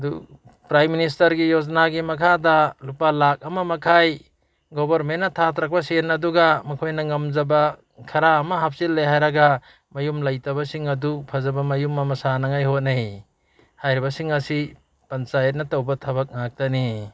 ꯑꯗꯨ ꯄꯔꯥꯏꯝ ꯃꯤꯅꯤꯁꯇꯔꯒꯤ ꯌꯣꯖꯅꯥꯒꯤ ꯃꯈꯥꯗ ꯂꯨꯄꯥ ꯂꯥꯛ ꯑꯃ ꯃꯈꯥꯏ ꯒꯣꯕꯔꯃꯦꯟꯅ ꯊꯥꯊꯔꯛꯄ ꯁꯦꯜ ꯑꯗꯨꯒ ꯃꯈꯣꯏꯅ ꯉꯝꯖꯕ ꯈꯔ ꯑꯃ ꯍꯥꯞꯆꯤꯜꯂꯦ ꯍꯥꯏꯔꯒ ꯃꯌꯨꯝ ꯂꯩꯇꯕꯁꯤꯡ ꯑꯗꯨ ꯐꯖꯕ ꯃꯌꯨꯝ ꯑꯃ ꯁꯥꯅꯉꯥꯏ ꯍꯣꯠꯅꯩ ꯍꯥꯏꯔꯤꯕꯁꯤꯡ ꯑꯁꯤ ꯄꯟꯆꯥꯌꯠꯅ ꯇꯧꯕ ꯊꯕꯛ ꯉꯥꯛꯇꯅꯤ